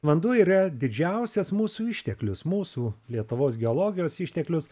vanduo yra didžiausias mūsų išteklius mūsų lietuvos geologijos išteklius